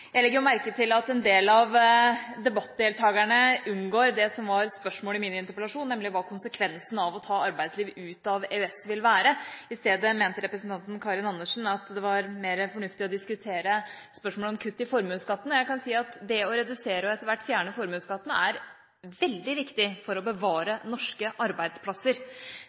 Jeg legger merke til at en del av debattdeltagerne unngår det som var spørsmålet i min interpellasjon, nemlig hva konsekvensen av å ta arbeidsliv ut av EØS vil være. I stedet mente representanten Karin Andersen at det var mer fornuftig å diskutere spørsmålet om kutt i formuesskatten. Jeg kan si at det å redusere, og etter hvert fjerne, formuesskatten er veldig viktig for å bevare norske arbeidsplasser.